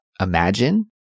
Imagine